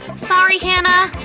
sorry, hannah!